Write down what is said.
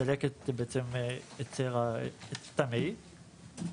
הדלקת הצרה את המעי.